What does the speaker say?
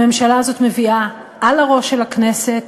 הממשלה הזאת מביאה על הראש של הכנסת,